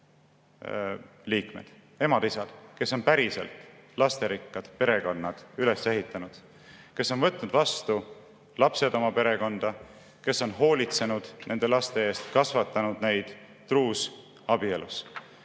liikmed, emad-isad, kes on päriselt lasterikkad perekonnad üles ehitanud, kes on võtnud vastu lapsed oma perekonda, kes on hoolitsenud nende laste eest, kasvatanud neid truus abielus.